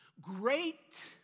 Great